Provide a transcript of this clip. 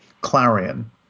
clarion